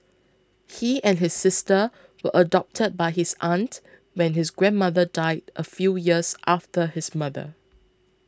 he and his sister were adopted by his aunt when his grandmother died a few years after his mother